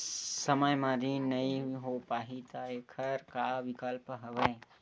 समय म ऋण नइ हो पाहि त एखर का विकल्प हवय?